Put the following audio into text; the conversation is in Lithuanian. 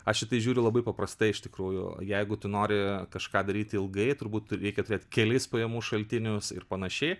aš į tai žiūriu labai paprastai iš tikrųjų jeigu tu nori kažką daryti ilgai turbūt reikia turėt kelis pajamų šaltinius ir panašiai